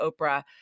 Oprah